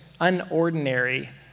unordinary